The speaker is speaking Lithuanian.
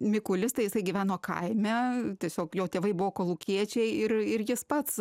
mikulistai jisai gyveno kaime tiesiog jo tėvai buvo kolūkiečiai ir ir jis pats